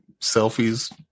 selfies